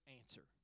answer